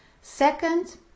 Second